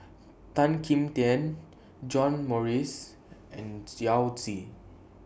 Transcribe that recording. Tan Kim Tian John Morrice and Yao Zi